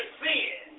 sin